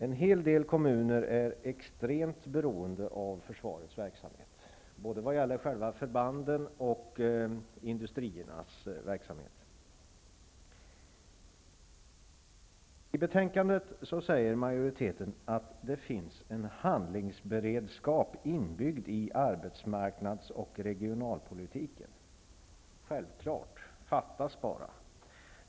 En hel del kommuner är extremt beroende av försvarets verksamhet, både vad gäller själva förbanden och vad gäller industriernas verksamhet. I betänkandet säger majoriteten att det finns en handlingsberedskap inbyggd i arbetsmarknads och regionalpolitiken. Det är självklart -- fattas bara annat.